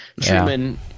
Truman –